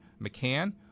McCann